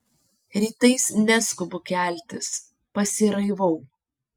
rytais neskubu keltis pasiraivau